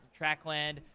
Trackland